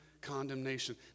condemnation